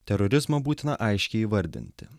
terorizmą būtina aiškiai įvardinti